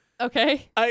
Okay